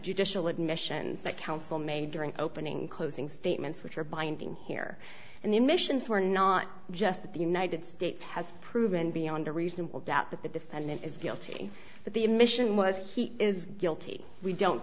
judicial admissions that counsel made during opening closing statements which are binding here and the admissions were not just that the united states has proven beyond a reasonable doubt that the defendant is guilty but the admission was he is guilty we don't